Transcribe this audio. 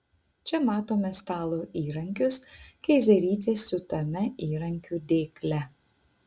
čia matome stalo įrankius keizerytės siūtame įrankių dėkle